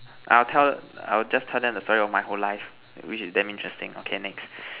I'll tell I'll just tell them the story about my whole life which is damn interesting okay next